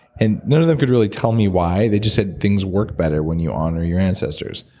and none of them could really tell me why. they just said things work better when you honor your ancestors.